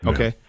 Okay